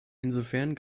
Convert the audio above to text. insofern